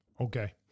Okay